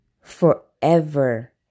forever